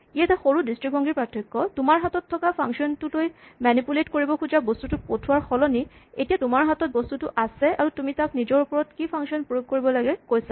ই এটা সৰু দৃষ্টিভংগীৰ পাৰ্থক্য তোমাৰ হাতত থকা ফাংচন টোলৈ মেনিপুলেট কৰিব খোজা বস্তুটো পঠোৱাৰ সলনি এতিয়া তোমাৰ হাতত বস্তুটো আছে আৰু তুমি তাক নিজৰ ওপৰত কি ফাংচন প্ৰয়োগ কৰিব লাগে কৈছা